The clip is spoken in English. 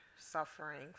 suffering